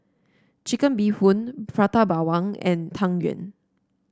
Chicken Bee Hoon Prata Bawang and Tang Yuen